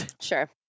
Sure